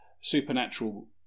supernatural